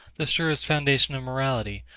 the surest foundation of morality,